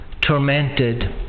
tormented